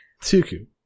Tuku